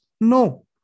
No